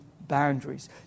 boundaries